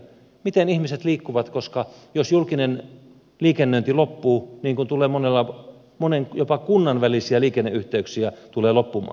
miten ihmiset liikkuvat jos julkinen liikennöinti loppuu niin kuin tulee monia jopa kuntien välisiä liikenneyhteyksiä loppumaan